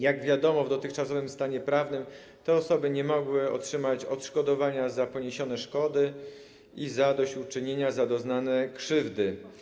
Jak wiadomo, w dotychczasowym stanie prawnym te osoby nie mogły otrzymać odszkodowania za poniesione szkody i zadośćuczynienia za doznane krzywdy.